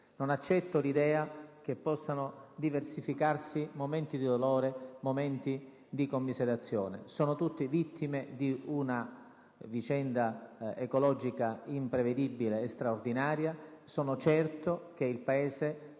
Non accetto l'idea che possano differenziarsi i momenti di dolore e di commiserazione: sono tutte vittime di una vicenda ecologica imprevedibile e straordinaria, e sono certo che il Paese